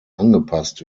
angepasst